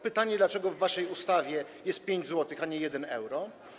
Pytanie, dlaczego w waszej ustawie jest 5 zł, a nie 1 euro.